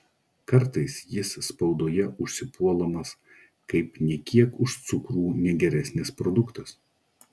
kartais jis spaudoje užsipuolamas kaip nė kiek už cukrų negeresnis produktas